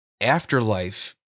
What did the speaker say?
Afterlife